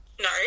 no